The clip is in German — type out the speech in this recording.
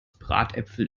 bratäpfel